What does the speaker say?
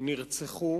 נרצחו